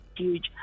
huge